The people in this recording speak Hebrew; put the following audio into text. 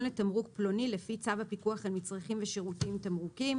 לתמרוק פלוני לפי צו הפיקוח על מצרכים ושירותים (תמרוקים),